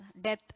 death